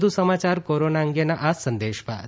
વધુ સમાચાર કોરોના અંગેના આ સંદેશ બાદ